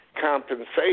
Compensation